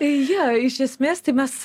jo iš esmės tai mes